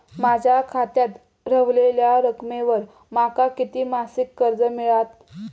माझ्या खात्यात रव्हलेल्या रकमेवर माका किती मासिक कर्ज मिळात?